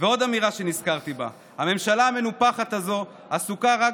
ועוד אמירה שנזכרתי בה: הממשלה המנופחת הזאת עסוקה רק